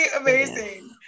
amazing